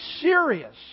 serious